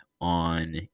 on